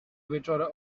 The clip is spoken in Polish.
wieczora